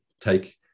take